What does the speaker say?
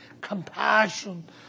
compassion